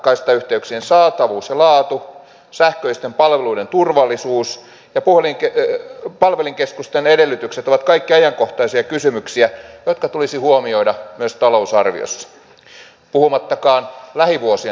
esimerkiksi laajakaistayhteyksien saatavuus ja laatu sähköisten palveluiden turvallisuus ja palvelinkeskusten edellytykset ovat kaikki ajankohtaisia kysymyksiä jotka tulisi huomioida myös talousarviossa puhumattakaan lähivuosien tarpeista